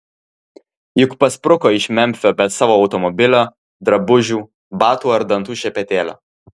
juk paspruko iš memfio be savo automobilio drabužių batų ar dantų šepetėlio